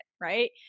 Right